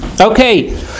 Okay